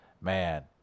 man